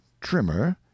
trimmer